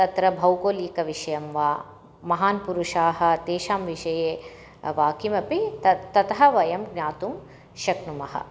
तत्र भौगोलिकविषयं वा महान् पुरुषाः तेषां विषये वाक्यमपि ततः ततः वयं ज्ञातुं शक्नुमः